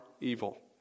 evil